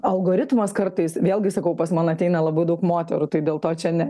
algoritmas kartais vėlgi sakau pas man ateina labai daug moterų tai dėl to čia ne